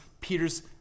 Peter's